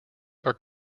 are